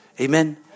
amen